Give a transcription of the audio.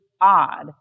odd